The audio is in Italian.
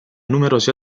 numerosi